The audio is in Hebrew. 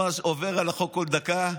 ועובר על החוק בכל דקה,